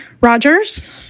Rogers